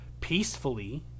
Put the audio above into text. peacefully